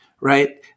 right